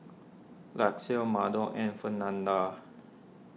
Lucious Maddox and Fernanda